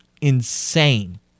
insane